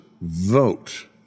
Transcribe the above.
vote